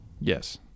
Yes